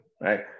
right